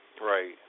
Right